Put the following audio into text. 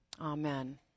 Amen